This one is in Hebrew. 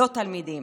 לא תלמידים